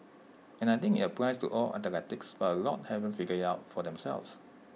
and I think IT applies to all athletes but A lot haven't figured IT out for themselves